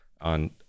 on